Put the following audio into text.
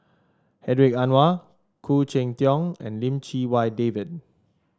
Hedwig Anuar Khoo Cheng Tiong and Lim Chee Wai David